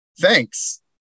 thanks